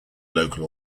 local